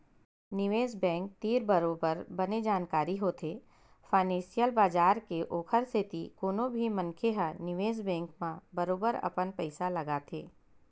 निवेस बेंक तीर बरोबर बने जानकारी होथे फानेंसियल बजार के ओखर सेती कोनो भी मनखे ह निवेस बेंक म बरोबर अपन पइसा लगाथे